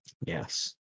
Yes